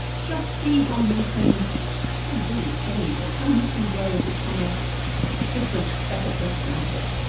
just see how you can sounds really corny but how you can grow and become a different better person, out of it.